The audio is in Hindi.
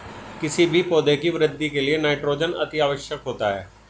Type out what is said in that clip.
किसी भी पौधे की वृद्धि के लिए नाइट्रोजन अति आवश्यक होता है